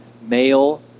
male